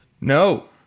No